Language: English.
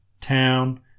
town